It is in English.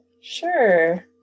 Sure